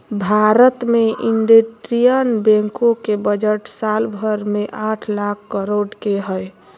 भारत मे इन्डियन बैंको के बजट साल भर मे आठ लाख करोड के हय